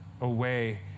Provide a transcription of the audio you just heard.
away